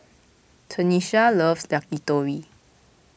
Tanesha loves Yakitori